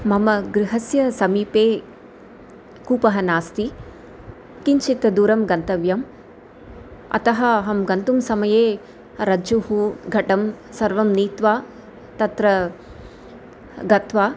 मम गृहस्य समीपे कूपः नास्ति किञ्चित् दूरं गन्तव्यम् अतः अहं गन्तुं समये रज्जुं घटं सर्वं नीत्वा तत्र गत्वा